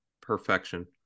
perfection